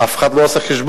אף אחד לא עשה חשבון.